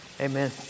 Amen